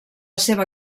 seva